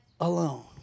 alone